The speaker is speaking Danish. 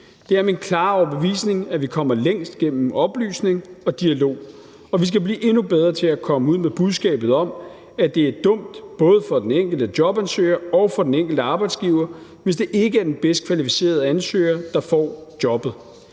Det er min klare overbevisning, at vi kommer længst gennem oplysning og dialog, og at vi skal blive endnu bedre til at komme ud med budskabet om, at det er dumt både for den enkelte jobansøger og for den enkelte arbejdsgiver, hvis det ikke er den bedst kvalificerede ansøger, der får jobbet.